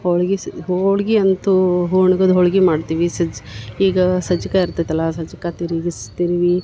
ಹೋಳ್ಗಿ ಸಿ ಹೋಳ್ಗಿ ಅಂತೂ ಹೂಣ್ಗದ್ ಹೋಳಿಗಿ ಮಾಡ್ತೀವಿ ಸಜ್ ಈಗ ಸಜ್ಕ ಇರ್ತೈತಲ್ಲಾ ಸಜ್ಕ ತಿರ್ಗಿಸಿ ತಿರಿವಿ